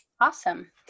Awesome